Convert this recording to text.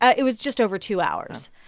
it was just over two hours.